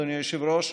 אדוני היושב-ראש,